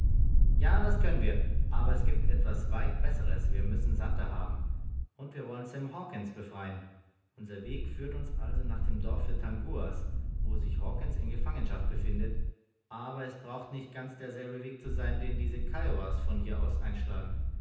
ja das könnten wir aber es gibt etwas weit besseres wir müssen santer haben und wir wollen sam hawkens befreien unser weg führt uns also nach dem dorfe tanguas wo sich hawkens in gefangenschaft befindet aber es braucht nicht ganz derselbe weg zu sein den diese kiowas von hier aus einschlagen